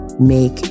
Make